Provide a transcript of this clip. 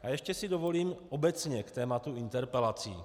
A ještě si dovolím obecně k tématu interpelací.